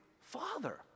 Father